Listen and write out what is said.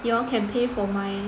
you all can pay for my